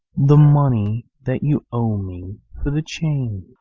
the money that you owe me for the chain.